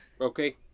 okay